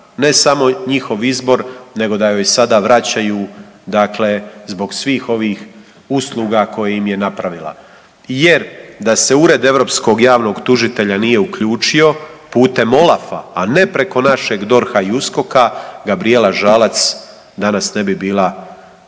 ne samo njihov izbor nego da joj sada vraćaju zbog svih ovih usluga koje im je napravila jer da se Ured europskog javnog tužitelja nije uključio putem OLAF-a, a ne preko našeg DORH-a i USKOK-a Gabrijela Žalac danas ne bi bila pod udarom